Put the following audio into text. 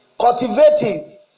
cultivating